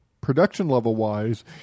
Production-level-wise